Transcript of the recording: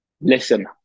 listen